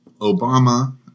Obama